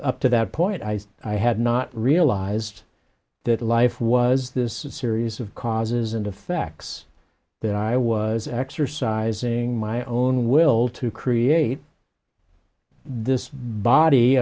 up to that point i had not realized that life was this a series of causes and effects that i was exercising my own will to create this body